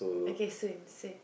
okay same same